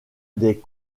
des